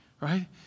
Right